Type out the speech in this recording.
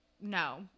no